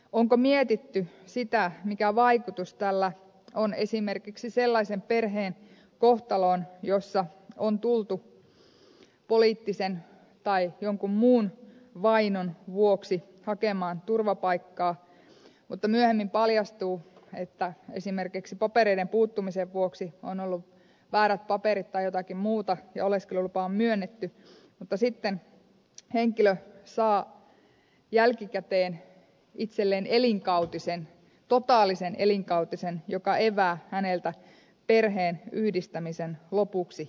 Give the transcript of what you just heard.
onko mietitty sitä mikä vaikutus tällä on esimerkiksi sellaisen perheen kohtaloon joka on tullut poliittisen tai jonkun muun vainon vuoksi hakemaan turvapaikkaa oleskelulupa on myönnetty mutta myöhemmin paljastuu että on ollut väärät paperit tai jotakin muuta ja henkilö saa jälkikäteen itselleen elinkautisen totaalisen elinkautisen joka evää häneltä perheenyhdistämisen lopuksi ikää